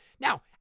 Now